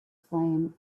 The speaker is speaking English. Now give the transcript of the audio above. flame